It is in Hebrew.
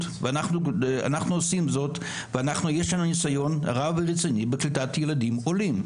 ואנחנו עושים זאת ויש לנו ניסיון רב שנים בקליטת ילדים עולים.